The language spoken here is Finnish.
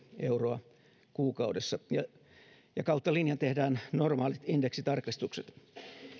euroa kuukaudessa ja ja kautta linjan tehdään normaalit indeksitarkistukset